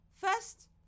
First